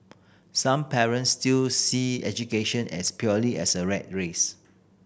some parents still see education as purely as a rat race